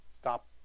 Stop